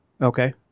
okay